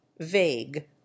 vague